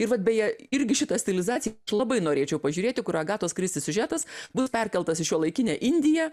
ir vat beje irgi šitą stilizaciją labai norėčiau pažiūrėti kur agatos kristi siužetas bus perkeltas į šiuolaikinę indiją